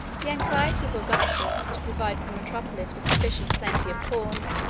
the anxiety of augustus to provide the metropolis with sufficient plenty of corn,